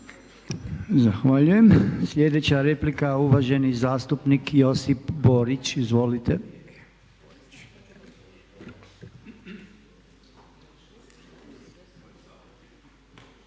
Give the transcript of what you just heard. Zahvaljujem. Sljedeća replika uvaženi zastupnik Josip Borić. Izvolite.